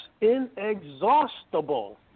Inexhaustible